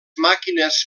màquines